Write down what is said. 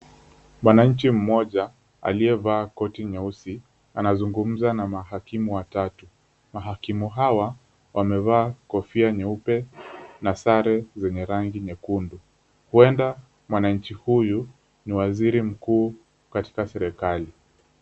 Mwananchi mmoja aliyevaa koti nyeusi, anazungumza na mahakimu watatu. Mahakimu hawa wamevaa kofia nyeupe na sare zenye rangi nyekundu, huenda mwananchi huyu ni waziri mkuu katika serikali.